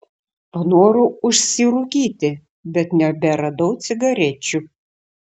panorau užsirūkyti bet neberadau cigarečių